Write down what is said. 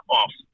off